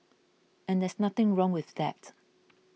and there's nothing wrong with that